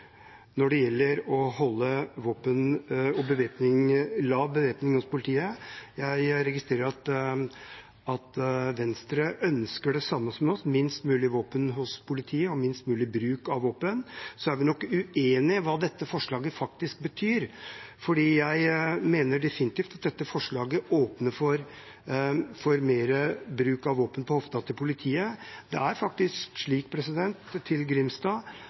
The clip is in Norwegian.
når det gjelder å holde lav bevæpning i politiet. Jeg registrerer at Venstre ønsker det samme som oss, minst mulig våpen hos politiet og minst mulig bruk av våpen. Så er vi nok uenige om hva dette forslaget faktisk betyr, for jeg mener definitivt at dette forslaget åpner for mer bruk av våpen på hofta til politiet. Det er faktisk slik – til Grimstad